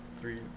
three